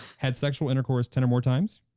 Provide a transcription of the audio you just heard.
had sexual intercourse ten or more times?